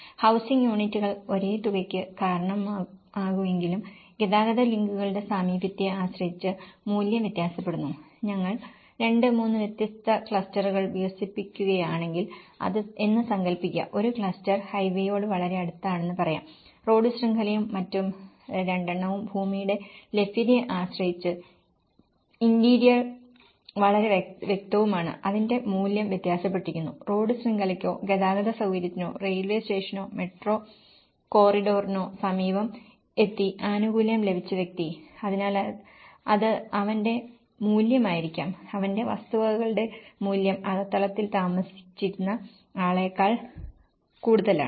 housing യൂണിറ്റുകൾ ഒരേ തുകയ്ക്ക് കാരണമാകുമെങ്കിലും ഗതാഗത ലിങ്കുകളുടെ സാമീപ്യത്തെ ആശ്രയിച്ച് മൂല്യം വ്യത്യാസപ്പെടുന്നു ഞങ്ങൾ 2 3 വ്യത്യസ്ത ക്ലസ്റ്ററുകൾ വികസിപ്പിക്കുകയാണെങ്കിൽ എന്ന് സങ്കല്പിക്കുക ഒരു ക്ലസ്റ്റർ ഹൈവേയോട് വളരെ അടുത്താണെന്ന് പറയാം റോഡ് ശൃംഖലയും മറ്റ് രണ്ടെണ്ണവും ഭൂമിയുടെ ലഭ്യതയെ ആശ്രയിച്ച് ഇന്റീരിയർ വളരെ വ്യക്തവുമാണ് അതിന്റെ മൂല്യം വ്യത്യാസപ്പെട്ടിരിക്കുന്നു റോഡ് ശൃംഖലയ്ക്കോ ഗതാഗത സൌകര്യത്തിനോ റെയിൽവേ സ്റ്റേഷനോ മെട്രോ കോറിഡോറിനോ സമീപം എത്തി ആനുകൂല്യം ലഭിച്ച വ്യക്തി അതിനാൽ അത് അവന്റെ മൂല്യമായിരിക്കും അവന്റെ വസ്തുവകകളുടെ മൂല്യം അകത്തളങ്ങളിൽ താമസിച്ചിരുന്ന ആളേക്കാൾ കൂടുതലാണ്